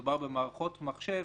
מדובר במערכות מחשב,